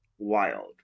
wild